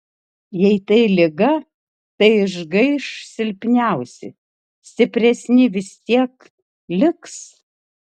jei tai liga tai išgaiš silpniausi stipresni vis tiek liks